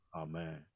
Amen